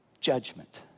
judgment